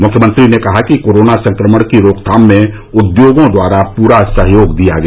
मुख्यमंत्री ने कहा कि कोरोना संक्रमण की रोकथाम में उद्योगों द्वारा पूरा सहयोग दिया गया